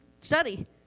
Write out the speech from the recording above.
study